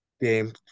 game